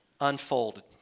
unfolded